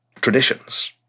traditions